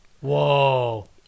whoa